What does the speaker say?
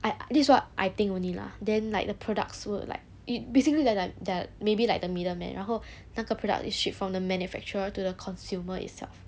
I this what I think only lah then like the products will like it basically like like they are maybe like the middleman 然后那个 product is shipped from the manufacturer to the consumer itself